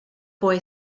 boy